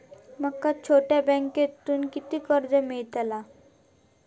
माका छोट्या बँकेतून किती कर्ज मिळात?